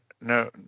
no